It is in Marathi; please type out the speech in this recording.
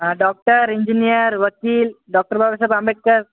हा डॉक्टर इंजिनयर वकील डॉक्टर बाबासाहेब आंबेडकर